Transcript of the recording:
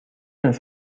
است